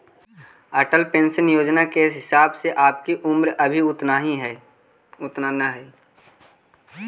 Atal pension योजना के हिसाब से आपकी उम्र अभी उतना न हई